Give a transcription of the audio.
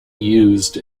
used